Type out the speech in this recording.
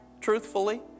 truthfully